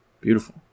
Beautiful